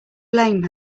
blame